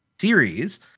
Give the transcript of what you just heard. series